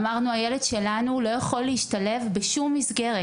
אמרנו: הילד שלנו לא יכול להשתלב בשום מסגרת.